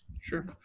Sure